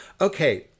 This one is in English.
Okay